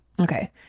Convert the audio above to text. Okay